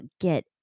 get